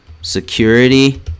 security